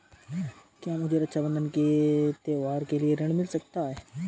क्या मुझे रक्षाबंधन के त्योहार के लिए ऋण मिल सकता है?